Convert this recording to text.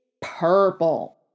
purple